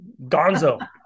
Gonzo